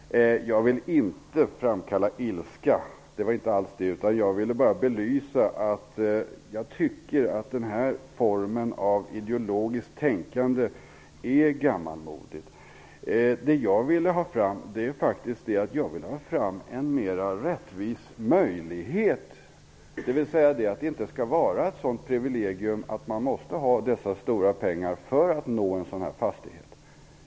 Fru talman! Jag vill inte framkalla ilska. Jag ville bara belysa att den här formen av ideologiskt tänkande är gammalmodig. Jag vill ha fram en mer rättvis möjlighet. Det skall inte vara så att man måste ha privilegiet att ha dessa stora pengar för att kunna få en sådan fastighet.